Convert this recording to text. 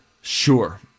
Sure